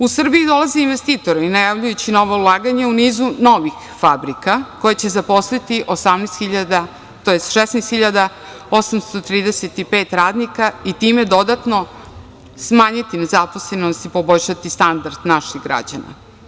U Srbiji dolaze investitori najavljujući nova ulaganja u nizu novih fabrika koje će zaposliti 18.000 tj. 16.835 radnika i time dodatno smanjiti nezaposlenost i poboljšati standard naših građana.